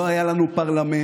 לא היה לנו פרלמנט.